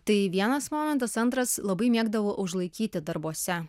tai vienas momentas antras labai mėgdavo užlaikyti darbuose